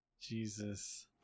Jesus